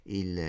il